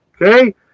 okay